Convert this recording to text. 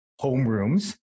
homerooms